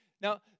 Now